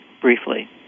Briefly